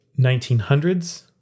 1900s